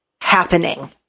happening